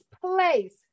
place